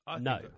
No